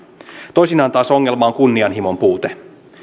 toisinaan taas ongelma on kunnianhimon puute